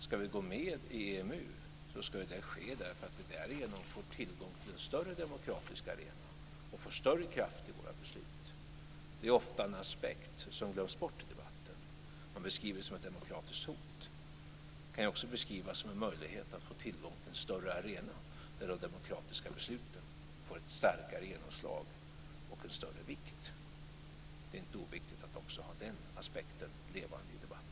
Ska vi gå med i EMU ska det ske därför att vi därigenom får tillgång till en större demokratisk arena och får större kraft i våra beslut. Det är ofta en aspekt som glöms bort i debatten. Man beskriver det som ett demokratiskt hot. Det kan ju också beskrivas som en möjlighet att få tillgång till en större arena där de demokratiska besluten får ett starkare genomslag och en större vikt. Det är inte oviktigt att också ha den aspekten levande i debatten.